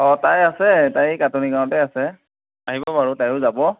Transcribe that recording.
অঁ তাই আছে তাই কাটনি গাঁৱতে আছে আহিব বাৰু তাইও যাব